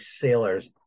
sailors